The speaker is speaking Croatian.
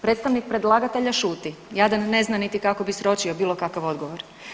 Predstavnik predlagatelja šuti jadan ne zna niti kako bi sročio bilo kakav odgovor.